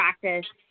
practice